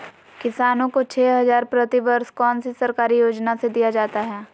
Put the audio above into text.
किसानों को छे हज़ार प्रति वर्ष कौन सी सरकारी योजना से दिया जाता है?